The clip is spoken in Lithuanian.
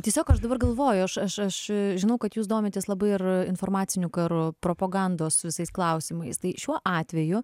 tiesiog aš dabar galvoju aš aš aš žinau kad jūs domitės labai ir informaciniu karu propagandos visais klausimais tai šiuo atveju